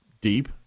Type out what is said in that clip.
deep